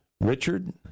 Richard